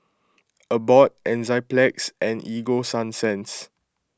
Abbott Enzyplex and Ego Sunsense